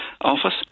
office